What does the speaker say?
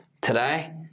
today